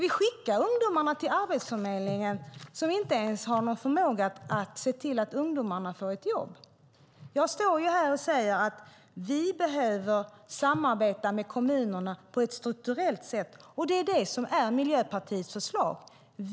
Vi skickar ungdomarna till Arbetsförmedlingen, och de har inte ens förmåga att se till att ungdomarna får ett jobb. Jag står här och säger att vi behöver samarbeta med kommunerna på ett strukturellt sätt, och det är Miljöpartiets förslag.